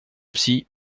psy